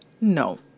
no